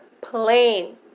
Plain